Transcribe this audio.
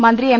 മന്ത്രി എം